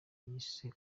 yise